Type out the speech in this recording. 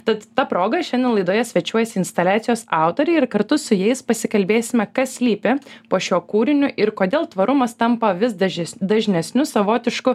tad ta proga šiandien laidoje svečiuojasi instaliacijos autoriai ir kartu su jais pasikalbėsime kas slypi po šiuo kūriniu ir kodėl tvarumas tampa vis dažes dažnesniu savotišku